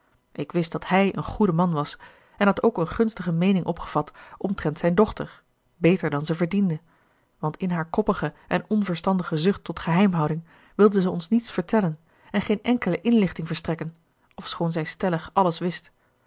ik wist dat hij een goede man was en had ook een gunstige meening opgevat omtrent zijne dochter beter dan zij verdiende want in haar koppige en onverstandige zucht tot geheimhouding wilde zij ons niets vertellen en geen enkele inlichting verstrekken ofschoon zij stellig alles wist